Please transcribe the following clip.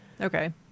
Okay